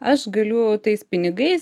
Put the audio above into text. aš galiu tais pinigais